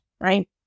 right